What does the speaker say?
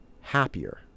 happier